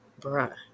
bruh